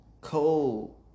Cold